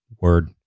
Word